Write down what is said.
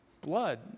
blood